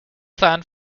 plan